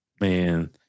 man